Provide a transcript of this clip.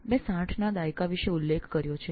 મેં 60 ના દાયકા વિશે ઉલ્લેખ કર્યો છે